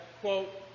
quote